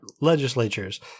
legislatures